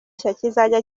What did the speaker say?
kizajya